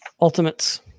Ultimates